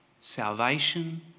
salvation